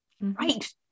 Right